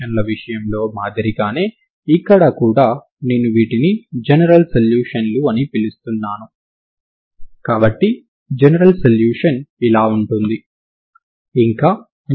Edt విలువ ఎంతో మీకు ఇప్పటికే తెలుసు కాబట్టి దీనిని మనం dK